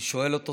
היא שואלת אותו: